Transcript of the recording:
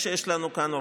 כשיש לנו כאן אורחים.